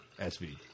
SV